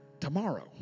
tomorrow